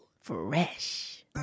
Fresh